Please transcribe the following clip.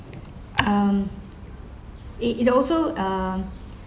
um it it also uh